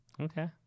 okay